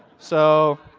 so,